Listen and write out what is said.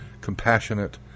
compassionate